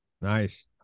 Nice